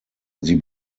sie